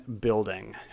building